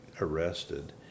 arrested